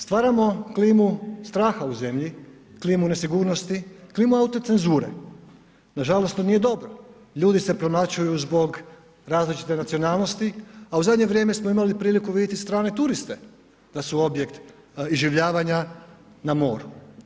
Stvaramo klimu straha u zemlju, klimu nesigurnosti, klimu autocenzure, nažalost to nije dobro, ljudi se premlaćuju zbog različite nacionalnosti, a u zadnje vrijeme smo imali priliku strane turiste da su objekt iživljavanja na moru.